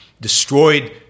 destroyed